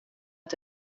att